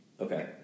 Okay